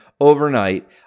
overnight